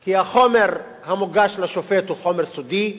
כי החומר המוגש לשופט הוא חומר סודי,